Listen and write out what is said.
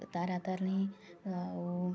ତାରା ତାରିଣୀ ଆଉ